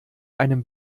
einem